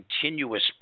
continuous